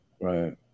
Right